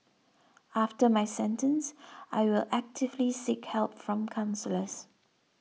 after my sentence I will actively seek help from counsellors